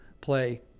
Play